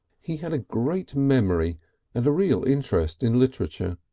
he had a great memory and a real interest in literature.